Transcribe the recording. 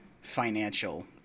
financial